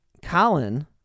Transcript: Colin